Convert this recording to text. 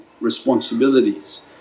responsibilities